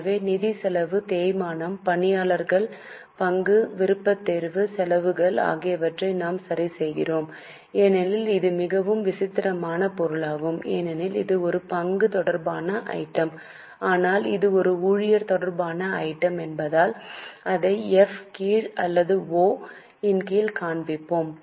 எனவே நிதி செலவு தேய்மானம் பணியாளர் பங்கு விருப்பத்தேர்வு செலவுகள் ஆகியவற்றை நாம் சரிசெய்கிறோம் ஏனெனில் இது மிகவும் விசித்திரமான பொருளாகும் ஏனெனில் இது ஒரு பங்கு தொடர்பான ஐட்டம் ஆனால் இது ஒரு ஊழியர் தொடர்பான ஐட்டம் என்பதால் அதை எஃப் கீழ் அல்ல ஒ இன் கீழ் காண்பிப்போம்